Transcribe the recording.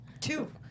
Two